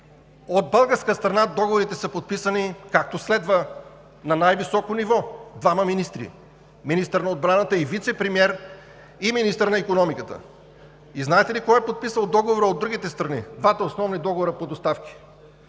От българска страна договорите са подписани, както следва, на най-високо ниво – двама министри – министър на отбраната и вицепремиер и министър на икономиката. И знаете ли кой е подписал договора от другата страна – двата основни договора по доставки?